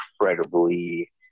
incredibly